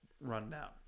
rundown